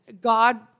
God